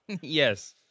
Yes